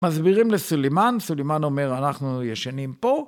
מסבירים לסולימן, סולימן אומר אנחנו ישנים פה.